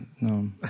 no